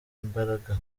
imbaraga